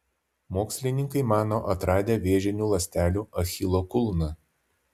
mokslininkai mano atradę vėžinių ląstelių achilo kulną